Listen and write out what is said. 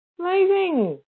Amazing